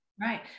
Right